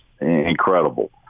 incredible